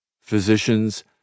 physicians